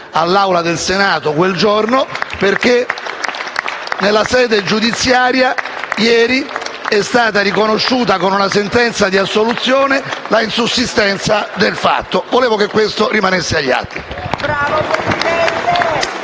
all'Assemblea del Senato, perché nella sede giudiziaria ieri è stata riconosciuta con una sentenza di assoluzione l'insussistenza del fatto. Vorrei che questo rimanesse agli atti.